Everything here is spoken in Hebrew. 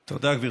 תודה, גברתי.